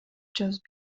жазып